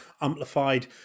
Amplified